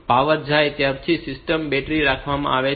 તેથી પાવર જાય પછી સિસ્ટમ બેટરી પર રાખવામાં આવે છે